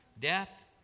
death